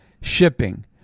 shipping